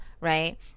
Right